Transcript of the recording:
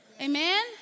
Amen